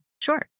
Sure